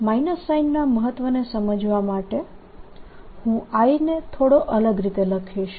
minus sign ના મહત્વને સમજવા માટે હું I ને થોડો અલગ રીતે લખીશ